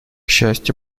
счастью